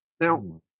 Now